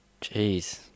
Jeez